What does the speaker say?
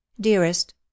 dearest